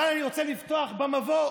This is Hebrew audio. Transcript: אבל אני רוצה לפתוח במבוא.